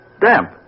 Damp